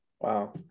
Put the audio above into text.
Wow